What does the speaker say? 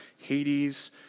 Hades